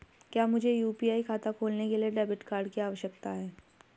क्या मुझे यू.पी.आई खाता खोलने के लिए डेबिट कार्ड की आवश्यकता है?